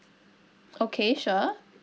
okay sure